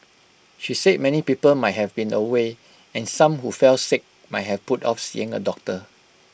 she said many people might have been away and some who fell sick might have put off seeing A doctor